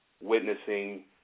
witnessing